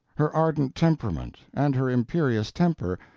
her ardent temperament, and her imperious temper,